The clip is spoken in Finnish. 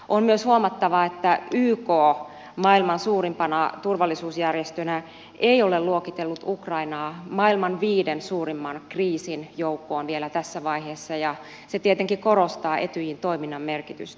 on myös huomattavaa että yk maailman suurimpana turvallisuusjärjestönä ei ole luokitellut ukrainaa maailman viiden suurimman kriisin joukkoon vielä tässä vaiheessa ja se tietenkin korostaa etyjin toiminnan merkitystä